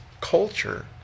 culture